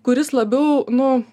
kuris labiau nu